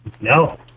No